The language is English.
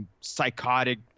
psychotic